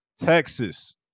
texas